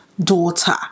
daughter